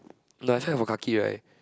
no I felt for kaki right